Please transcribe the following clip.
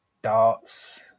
Darts